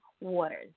Waters